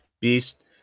Beast